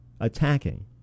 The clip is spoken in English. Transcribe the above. attacking